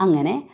അങ്ങനെ